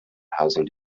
housing